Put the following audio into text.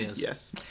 Yes